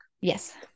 Yes